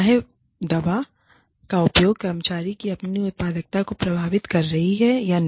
चाहे दवा का उपयोग कर्मचारी की अपनी उत्पादकता को प्रभावित कर रही है या नहीं